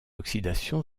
oxydation